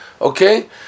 okay